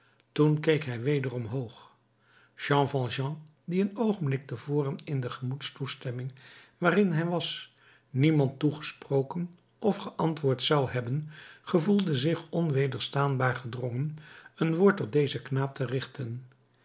toen keek hij weder omhoog jean valjean die een oogenblik te voren in de gemoedsstemming waarin hij was niemand toegesproken of geantwoord zou hebben gevoelde zich onwederstaanbaar gedrongen een woord tot dezen knaap te richten